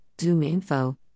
Zoom.info